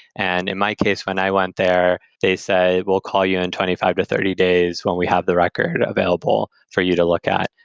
and in my case, when i went there, they say, we'll call you in twenty five to thirty days when we have the record available for you to look at.